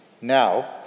Now